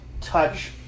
touch